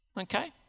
Okay